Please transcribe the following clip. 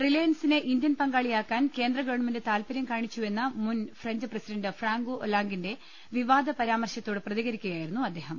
റിലയൻസിനെ Indian പങ്കാളിയാക്കാൻ കേന്ദ്ര government താൽപര്യം കാ ണിച്ചുവെന്ന മുൻ ഫ്രഞ്ച് പ്രസിഡന്റ് ഫ്രാങ്കോ ഒലാങ്കിന്റെ വിവാദ പരാമർശ ത്തോട് പ്രതികരിക്കുകയായിരുന്നു അദ്ദേഹം